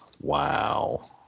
Wow